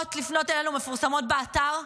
הצורות לפנות אלינו מפורסמות באתר,